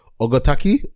Ogotaki